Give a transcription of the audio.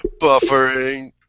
buffering